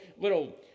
little